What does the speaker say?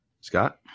Scott